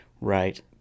Right